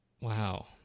Wow